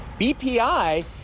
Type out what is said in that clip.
BPI